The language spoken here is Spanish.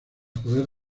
poder